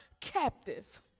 captive